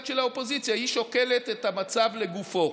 של האופוזיציה והיא שוקלת את המצב לגופו.